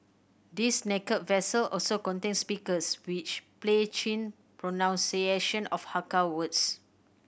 these naked vessels also contain speakers which play Chin pronunciation of Hakka words